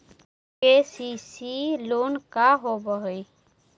KCC loan का होब हइ?